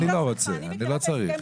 אני לא רוצה, אני לא צריך.